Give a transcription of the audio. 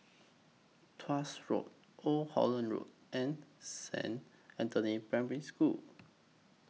Tuas Road Old Holland Road and Saint Anthony's Primary School